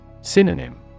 Synonym